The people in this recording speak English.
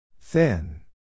Thin